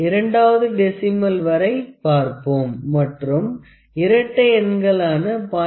இரண்டாவது டெசிமல் வரை பார்ப்போம் மற்றும் இரட்டை எண்களான 0